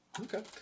Okay